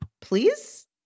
Please